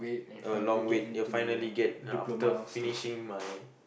a long wait finally get ya after finishing my